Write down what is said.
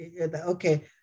okay